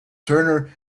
turner